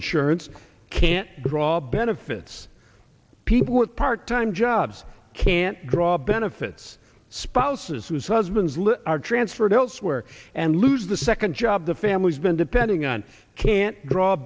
insurance can't draw benefits people with part time jobs can't draw benefits spouses whose husbands live are transferred elsewhere and lose the second job the family's been depending on can't draw